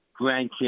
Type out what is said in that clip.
grandkids